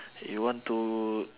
you want to